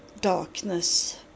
darkness